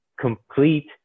complete